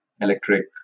electric